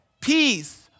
peace